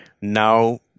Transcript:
Now